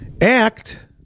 act